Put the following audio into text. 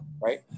right